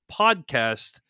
podcast